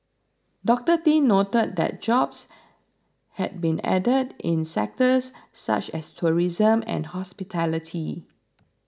Doctor Tin noted that jobs had been added in sectors such as tourism and hospitality